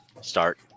start